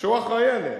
אבל כדאי להבין.